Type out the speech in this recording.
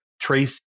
trace